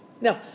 Now